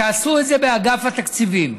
שעשו את זה באגף התקציבים.